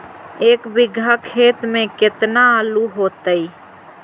एक बिघा खेत में केतना आलू होतई?